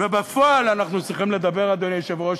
בפועל אנחנו צריכים לדבר, אדוני היושב-ראש,